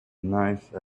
nice